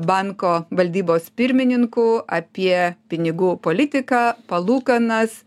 banko valdybos pirmininku apie pinigų politiką palūkanas